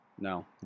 No